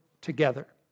together